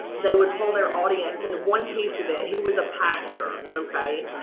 they would pull their audience in one piece of it. he was a pastor, okay,